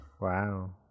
Wow